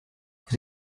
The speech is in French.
vous